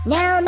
Now